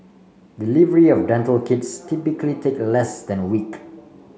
delivery of dental kits typically take a less than a week